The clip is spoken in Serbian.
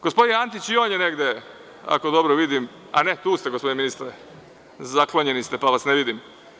Gospodin Antić i on je negde, ako dobro vidim, a, ne, tu ste, gospodine ministre, zaklonjeni ste pa vas ne vidim.